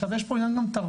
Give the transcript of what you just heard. עכשיו יש כאן עניין תרבותי,